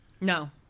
No